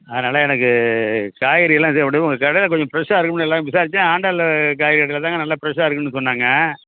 அதனால எனக்கு காய்கறியெல்லாம் இதை விடவும் உங்கள் கடையில் கொஞ்சம் ஃபிரெஷ்ஷாக இருக்கும்னு எல்லாம் விசாரித்தேன் ஆண்டாள் காய்கறி கடையில் தாங்க நல்ல ஃபிரெஷ்ஷாக இருக்குதுன்னு சொன்னாங்க